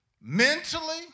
mentally